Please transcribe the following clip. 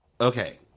Okay